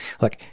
Look